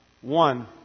one